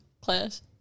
class